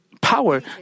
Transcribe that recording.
power